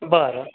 बरं